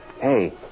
Hey